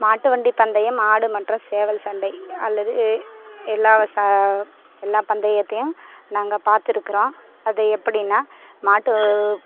மாட்டுவண்டி பந்தயம் மாடு மற்றும் சேவல் சண்டை அல்லது எல்லாம் விச எல்லா பந்தையத்தையும் நாங்க பார்த்துருக்குறோம் அது எப்படின்னா மாட்டு